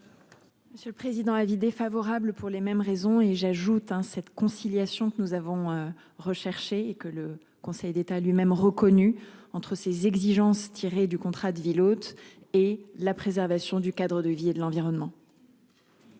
Monsieur le président. L'avis défavorable pour les mêmes raisons. Et j'ajoute un cette conciliation que nous avons recherché et que le Conseil d'État a lui-même reconnu entre ses exigences tiré du contrat de ville hôte et la préservation du cadre de vie et de l'environnement.